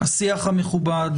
השיח המכובד.